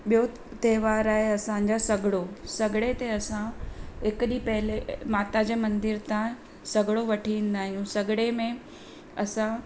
ॿियों त्योहारु आहे असांजा सॻिड़ो सॻिड़े ते असां हिकु ॾींहुं पहिरियो माता जे मंदर खां सॻिड़ो वठी ईंदा आहियूं सॻिड़े में असां